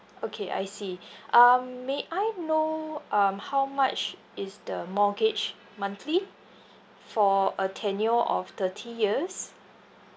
okay I see um may I know um how much is the mortgage monthly for a tenure of thirty years